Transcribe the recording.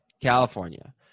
California